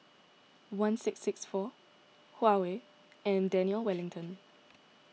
one six six four Huawei and Daniel Wellington